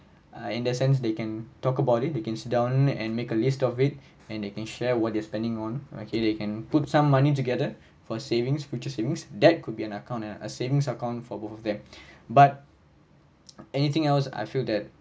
uh in the sense they can talk about it they can sit down and make a list of it and they can share what they're spending on okay they can put some money together for savings future savings that could be an account a savings account for both of them but anything else I feel that